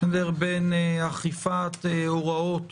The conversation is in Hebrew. בין אכיפת ההוראות